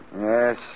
Yes